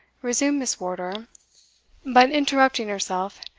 resumed miss wardour but, interrupting herself,